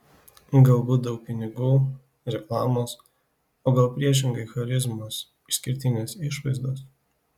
galbūt daug pinigų reklamos o gal priešingai charizmos išskirtinės išvaizdos